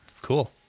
Cool